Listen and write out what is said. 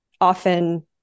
often